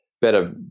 better